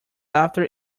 after